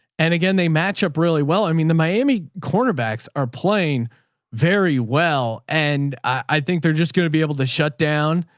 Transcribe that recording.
and again, they match up really well. i mean the miami cornerbacks are playing very well. and i think they're just going to be able to shut down.